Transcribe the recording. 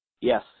Yes